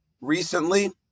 recently